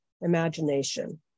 imagination